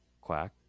quack